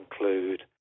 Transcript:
include